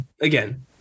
again